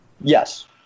Yes